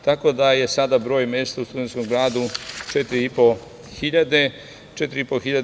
Tako da je sada broj mesta u Studentskom gradu 4.500.